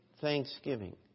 thanksgiving